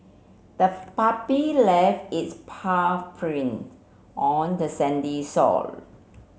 the puppy left its paw print on the sandy shore